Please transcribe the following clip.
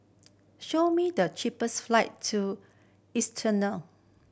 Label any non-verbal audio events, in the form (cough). show me the cheapest flight to (unintelligible)